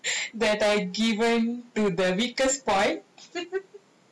that I've given to the weakest point